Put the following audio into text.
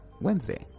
Wednesday